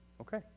Okay